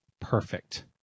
perfect